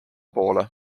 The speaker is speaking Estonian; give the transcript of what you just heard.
poole